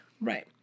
Right